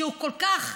שהוא כל כך,